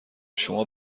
شما